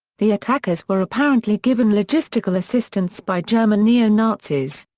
the attackers were apparently given logistical assistance by german neo-nazis.